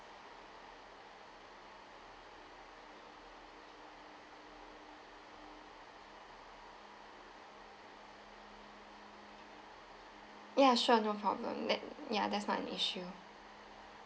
yeah sure no problem that yeah that's not an issue